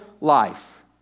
life